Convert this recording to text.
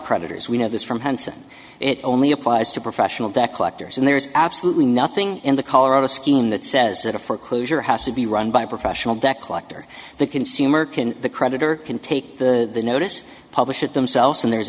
creditors we know this from hanson it only applies to professional debt collectors and there's absolutely nothing in the colorado scheme that says that a foreclosure has to be run by a professional deck liked or the consumer can the creditor can take the notice publish it themselves and there's